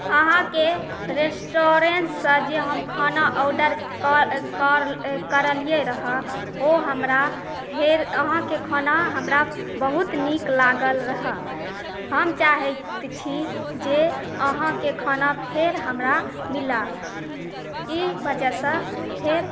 अहाँके रेस्टोरेन्टसँ जे हम खाना ऑडर कऽ कऽ करलिए रहै ओ हमरा फेर अहाँके खाना हमरा बहुत नीक लागल रहै हम चाहैत छी जे अहाँके खाना फेर हमरा मिलै ई वजहसँ फेर